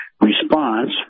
response